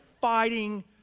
fighting